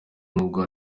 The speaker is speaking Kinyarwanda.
nubwo